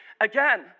again